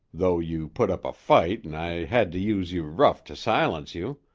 though you put up a fight an' i hed to use you rough to silence you.